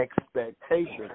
expectations